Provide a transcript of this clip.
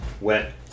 wet